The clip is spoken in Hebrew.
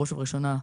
בראש ובראשונה,